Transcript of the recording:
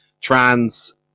trans